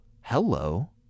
hello